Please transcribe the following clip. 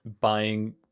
buying